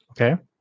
Okay